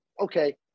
okay